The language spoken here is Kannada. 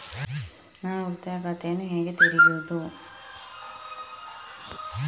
ನಾನು ಉಳಿತಾಯ ಖಾತೆಯನ್ನು ಹೇಗೆ ತೆರೆಯುದು?